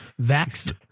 vaxxed